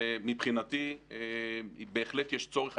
ומבחינתי בהחלט יש צורך.